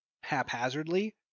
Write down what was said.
haphazardly